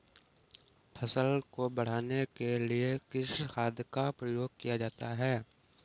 फसल को बढ़ाने के लिए किस खाद का प्रयोग किया जाता है?